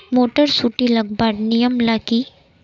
Motor सुटी लगवार नियम ला की?